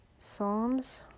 Psalms